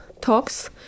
talks